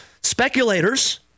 speculators